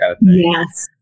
Yes